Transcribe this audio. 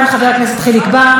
חבר הכנסת חיליק בר.